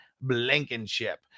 Blankenship